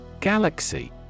Galaxy